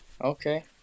okay